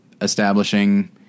establishing